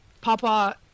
Papa